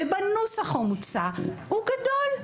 ובנוסח המוצע הוא גדול.